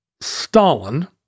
Stalin